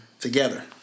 together